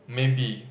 maybe